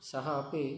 सः अपि